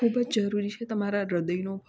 ખૂબ જ જરૂરી છે તમારા હૃદયનો ભાવ